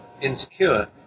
insecure